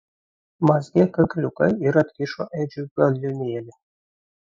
mazgė kakliuką ir atkišo edžiui balionėlį